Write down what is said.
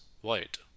white